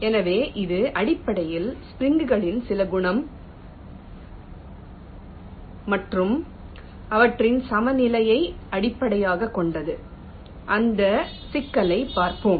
எனவே இது அடிப்படையில் ஸ்ப்ரிங் களின் சில குணம் மற்றும் அவற்றின் சமநிலை நிலையை அடிப்படையாகக் கொண்டது அந்த சிக்கலைப் பார்ப்போம்